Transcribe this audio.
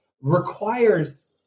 requires